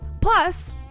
Plus